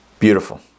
Beautiful